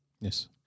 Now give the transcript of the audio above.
Yes